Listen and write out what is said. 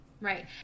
right